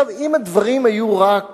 אם הדברים היו רק